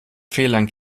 fehlern